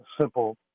simple